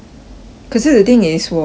可是 the thing is 我去